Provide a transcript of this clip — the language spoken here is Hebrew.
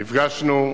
נפגשנו,